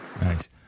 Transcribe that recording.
Nice